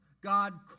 God